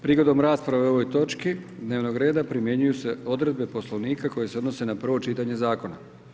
Prigodom rasprave o ovoj točki dnevnog reda primjenjuju se odredbe Poslovnika koje se odnose na prvo čitanje zakona.